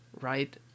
right